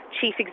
chief